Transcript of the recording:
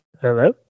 Hello